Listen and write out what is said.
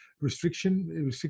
restriction